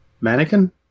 mannequin